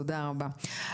תודה רבה לך טובה.